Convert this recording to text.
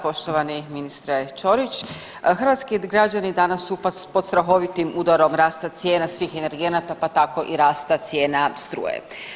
Poštovani ministre Ćorić, hrvatski građani danas su pod strahovitim udarom rasta cijena svih energenata, pa tako i rasta cijena struje.